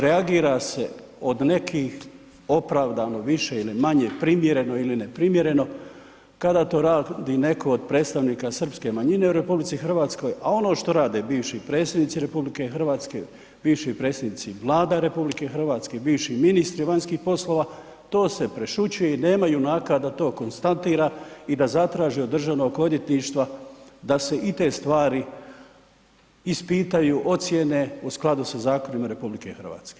Reagira se od nekih opravdano više ili manje, primjereno ili neprimjereno kada to radi netko od predstavnika srpske manjine u RH a ono što rade bivši predsjednici RH, bivši predsjednici Vlada RH, bivši ministri vanjskih poslova, to se prešućuje i nema junaka da to konstatira i da zatraži od državnog odvjetništva da se i te stvari ispitaju, ocijene u skladu sa zakonima RH.